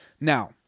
Now